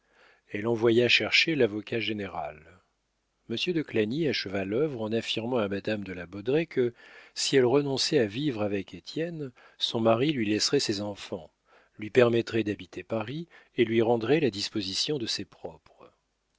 elle envoya chercher lavocat général monsieur de clagny acheva l'œuvre en affirmant à madame de la baudraye que si elle renonçait à vivre avec étienne son mari lui laisserait ses enfants lui permettrait d'habiter paris et lui rendrait la disposition de ses propres